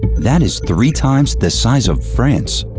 that is three times the size of france.